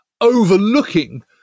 overlooking